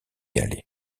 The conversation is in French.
aller